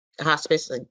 Hospice